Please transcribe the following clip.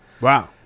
Wow